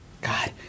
God